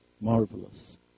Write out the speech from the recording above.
marvelous